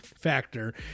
factor